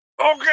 okay